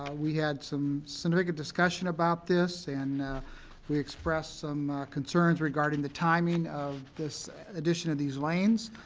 we had some significant discussion about this and we expressed some concerns regarding the timing of this addition to these lanes.